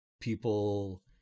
People